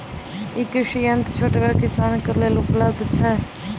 ई कृषि यंत्र छोटगर किसानक लेल उपलव्ध छै?